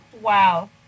Wow